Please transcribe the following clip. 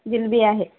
जिलबी आहे